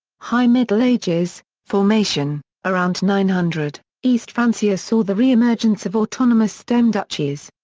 high middle ages formation around nine hundred, east francia saw the reemergence of autonomous stem duchies.